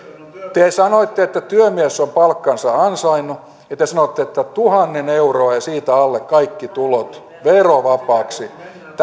te sanoitte että työmies on palkkansa ansainnut ja te sanoitte että tuhat euroa ja siitä alle kaikki tulot verovapaaksi